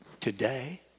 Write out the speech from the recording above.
today